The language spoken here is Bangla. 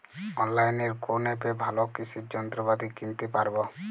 অনলাইনের কোন অ্যাপে ভালো কৃষির যন্ত্রপাতি কিনতে পারবো?